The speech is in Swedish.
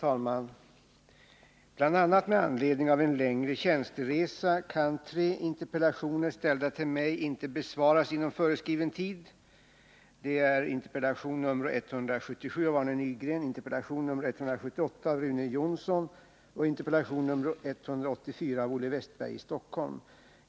Herr talman! Bl. a. med anledning av en längre tjänsteresa kan jag inte besvara tre interpellationer, som ställts till mig, inom föreskriven tid. Det gäller interpellation nr 177 av Arne Nygren, interpellation nr 178 av Rune Jonsson och interpellation nr 184 av Olle Wästberg i Stockholm.